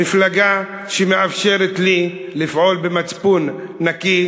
מפלגה שמאפשרת לי לפעול במצפון נקי,